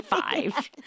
five